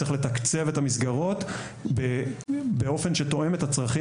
צריך לתקצב את המסגרות באופן שתואם את הצרכים